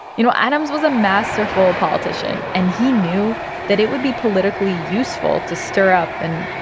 you know, adams was a masterful politician. and he knew that it would be politically useful to stir up and,